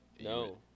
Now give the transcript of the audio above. No